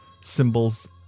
symbols